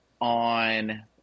on